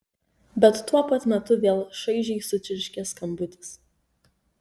bet tuo pat metu vėl šaižiai sučirškė skambutis